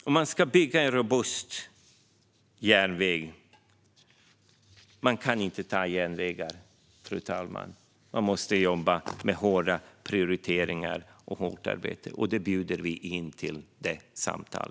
Om man ska bygga en robust järnväg kan man inte ta genvägar, fru talman. Man måste jobba hårt med hårda prioriteringar, och det samtalet bjuder vi in till.